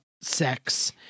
sex